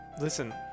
Listen